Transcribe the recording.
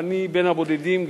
אני בין הבודדים,